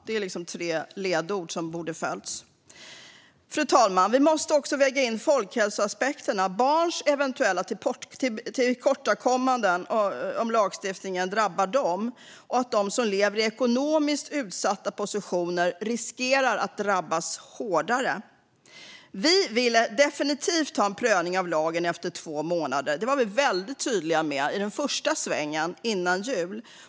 Det är tre ledord som borde ha följts. Fru talman! Vi måste också väga in folkhälsoaspekterna, eventuella tillkortakommanden i lagstiftningen som drabbar barn och att de som lever i ekonomiskt utsatta positioner riskerar att drabbas hårdare. Vi ville definitivt ha en prövning av lagen efter två månader. Det var vi väldigt tydliga med i den första svängen före jul.